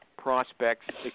prospects